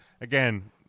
Again